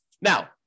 Now